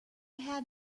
had